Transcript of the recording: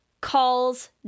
calls